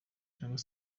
cyangwa